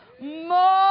more